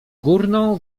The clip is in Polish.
górną